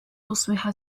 تصبح